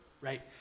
right